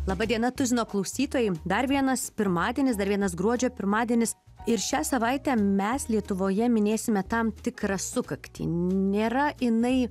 laba diena tuzino klausytojai dar vienas pirmadienis dar vienas gruodžio pirmadienis ir šią savaitę mes lietuvoje minėsime tam tikrą sukaktį nėra jinai